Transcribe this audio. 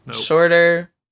shorter